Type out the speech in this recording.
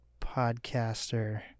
podcaster